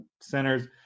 centers